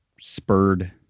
spurred